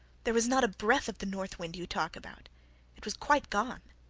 there was not a breath of the north wind you talk about it was quite gone.